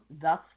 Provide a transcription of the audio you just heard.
thus